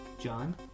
John